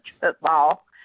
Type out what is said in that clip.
football